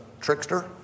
trickster